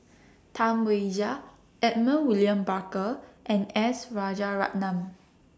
Tam Wai Jia Edmund William Barker and S Rajaratnam